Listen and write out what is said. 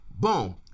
Boom